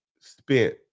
spent